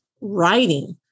writing